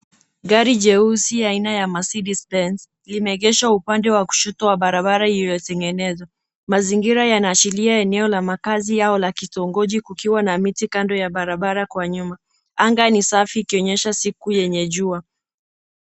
Gari jeusi aina ya MERCEDEEZ BENZ limeegeshwa upande wa kushoto wa barabara iliyotengenezwa. Mazingira yanaashiria eneo la makazi au la kitongoji kukiwa na miti kando ya barabara kwa nyuma. Anga ni safi ikionyesha siku yenye jua.